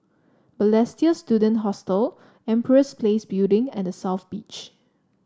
Balestier Student Hostel Empress Place Building and The South Beach